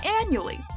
annually